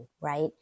right